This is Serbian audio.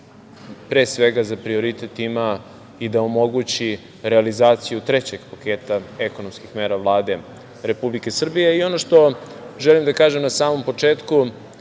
pre svega za prioritet ima i da omogući realizaciju trećeg paketa ekonomskih mera Vlade Republike Srbije. Ono što želim da kažem na samom početku